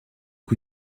que